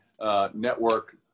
network